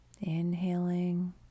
Inhaling